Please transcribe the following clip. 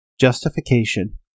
justification